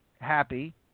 happy